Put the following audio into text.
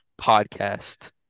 Podcast